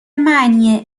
معنی